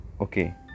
Okay